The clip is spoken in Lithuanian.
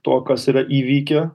tuo kas yra įvykę